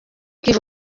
ivuga